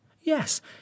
Yes